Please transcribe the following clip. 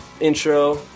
intro